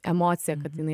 emociją kad jinai